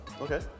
Okay